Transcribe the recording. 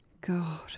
God